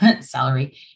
salary